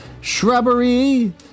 Shrubbery